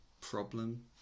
problem